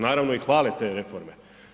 Naravno i hvale te reforme.